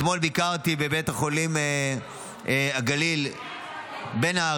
אתמול ביקרתי בבית חולים הגליל בנהריה,